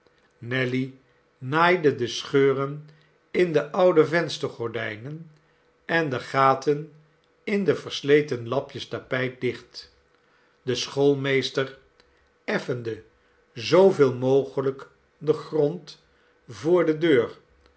nelly naaide de scheuren in de oude venstergordijnen en de gaten in de versleten lapjes tapijt dicht de schoolmeester effende zooveel mogelijk den grond voor de deur